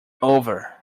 over